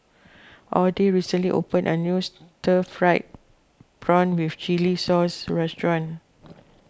Audy recently opened a new Stir Fried Prawn with Chili Sauce restaurant